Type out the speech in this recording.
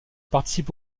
participe